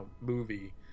movie